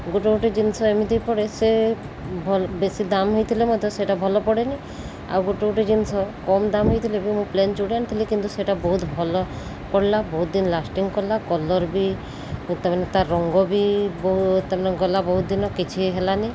ଗୋଟେ ଗୋଟେ ଜିନିଷ ଏମିତି ପଡ଼େ ସେ ଭଲ ବେଶୀ ଦାମ୍ ହୋଇଥିଲେ ମଧ୍ୟ ସେଇଟା ଭଲ ପଡ଼େନି ଆଉ ଗୋଟେ ଗୋଟେ ଜିନିଷ କମ୍ ଦାମ୍ ହୋଇଥିଲେ ବି ମୁଁ ପ୍ଲେନ୍ ଯୋଉଟା ଆଣିଥିଲି କିନ୍ତୁ ସେଇଟା ବହୁତ ଭଲ ପଡ଼ିଲା ବହୁତ ଦିନ ଲାଷ୍ଟିଂ କଲା କଲର୍ ବି ତା'ମାନେ ତା ରଙ୍ଗ ବି ବହୁ ତା'ମାନେ ଗଲା ବହୁତ ଦିନ କିଛି ହେଲାନି